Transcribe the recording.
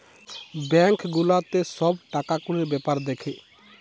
bank গুলাতে সব টাকা কুড়ির বেপার দ্যাখে